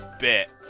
bit